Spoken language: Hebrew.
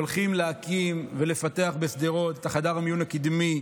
אנחנו הולכים להקים ולפתח בשדרות את חדר המיון הקדמי,